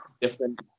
different